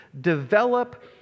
develop